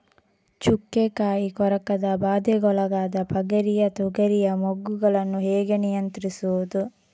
ಚುಕ್ಕೆ ಕಾಯಿ ಕೊರಕದ ಬಾಧೆಗೊಳಗಾದ ಪಗರಿಯ ತೊಗರಿಯ ಮೊಗ್ಗುಗಳನ್ನು ಹೇಗೆ ನಿಯಂತ್ರಿಸುವುದು?